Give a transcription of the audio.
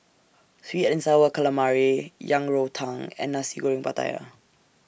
Sweet and Sour Calamari Yang Rou Tang and Nasi Goreng Pattaya